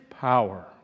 power